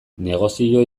negozio